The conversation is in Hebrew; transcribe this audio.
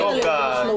יוגה.